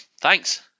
Thanks